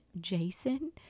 Jason